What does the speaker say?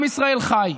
עם ישראל חי,